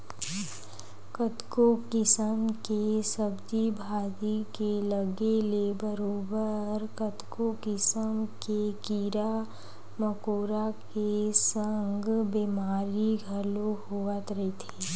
कतको किसम के सब्जी भाजी के लगे ले बरोबर कतको किसम के कीरा मकोरा के संग बेमारी घलो होवत रहिथे